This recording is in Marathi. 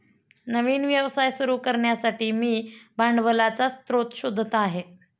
नवीन व्यवसाय सुरू करण्यासाठी मी भांडवलाचा स्रोत शोधत आहे